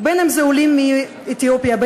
אם עולים מאתיופיה,